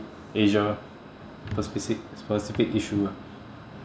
asia specific specific issue ah